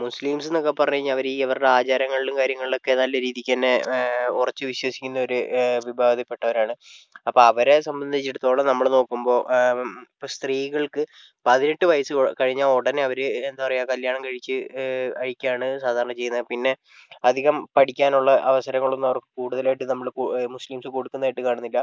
Muslims എന്ന് ഒക്കെ പറഞ്ഞ് കഴിഞ്ഞാൽ അവർ ഈ ആചാരങ്ങളിലും കാര്യങ്ങളിലൊക്കെ നല്ല രീതിക്കു തന്നെ ഉറച്ച് വിശ്വസിക്കുന്ന ഒരു വിഭാഗത്തിൽ പെട്ടവരാണ് അപ്പം അവരെ സംബന്ധിച്ചെടുത്തോളം നമ്മൾ നോക്കുമ്പോൾ ഇപ്പോൾ സ്ത്രീകൾക്ക് പതിനെട്ട് വയസ്സ് കഴിഞ്ഞാൽ ഉടനെ അവർ എന്താ പറയുക കല്യാണം കഴിച്ച് അയക്കുകയാണ് സാധാരണ ചെയ്യുന്നത് പിന്നെ അധികം പഠിക്കാനുള്ള അവസരങ്ങളൊന്നും അവർക്ക് കൂടുതലായിട്ട് നമ്മൾ മുസ്ലിംസ് കൊടുക്കുന്നതായിട്ട് കാണുന്നില്ല